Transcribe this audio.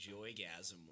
joygasm